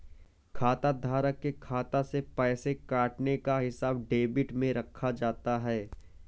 खाताधारक के खाता से पैसे कटने का हिसाब डेबिट में रखा जाता है